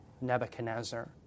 Nebuchadnezzar